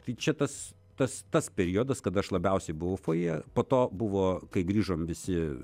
tai čia tas tas tas periodas kada aš labiausiai buvo fojė po to buvo kai grįžome visi